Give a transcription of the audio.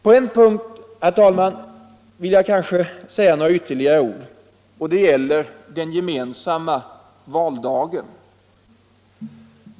På en punkt, herr talman, vill jag säga ytterligare några ord. Det gäller den gemensamma valdagen.